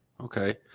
Okay